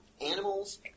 animals